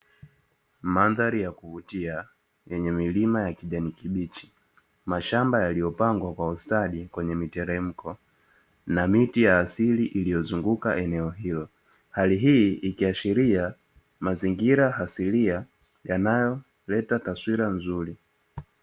Mandhari ya kuvutia yenye milima ya kijani kibichi, mashamba yaliyopambwa kwa ustadi kwenye mteremko na miti ya asili iliyozunguka eneo hilo. Hali hii ikiashiria mazingira asilia yanayoleta taswira nzuri.